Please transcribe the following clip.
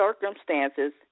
circumstances